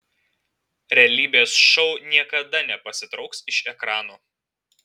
realybės šou niekada nepasitrauks iš ekranų